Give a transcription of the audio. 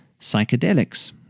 psychedelics